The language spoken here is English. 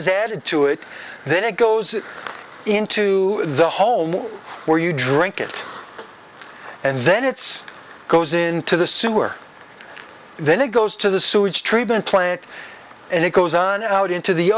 is added to it then it goes into the home where you drink it and then it's goes into the sewer then it goes to the sewage treatment plant and it goes on out into the